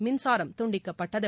மின்சாரம் துண்டிக்கப்பட்டது